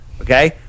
okay